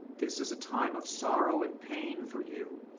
this is a time of sorrow and pain for you.